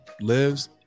lives